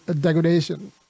degradation